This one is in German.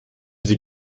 sie